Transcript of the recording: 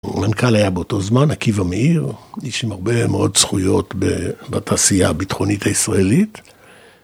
המנכ״ל היה באותו זמן, עקיבא מאיר, איש עם הרבה מאוד זכויות בתעשייה הביטחונית הישראלית